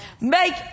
make